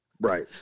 right